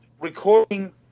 Recording